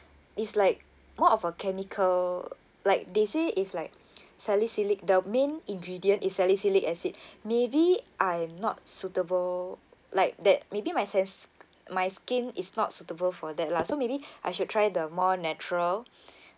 is like more of a chemical like they say is like salicylic the main ingredient is salicyclic acid maybe I'm not suitable like that maybe my sens~ my skin is not suitable for that lah so maybe I should try the more natural